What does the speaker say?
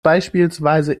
beispielsweise